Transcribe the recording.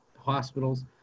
hospitals